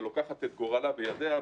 שלוקחת את גורלה בידיה,